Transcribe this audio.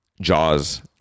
Jaws